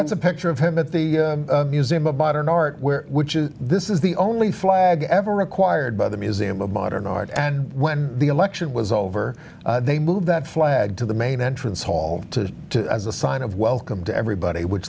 that's a picture of him at the museum of modern art which is this is the only flag ever required by the museum of modern art and when the election was over they moved that flag to the main entrance hall to as a sign of welcome to everybody w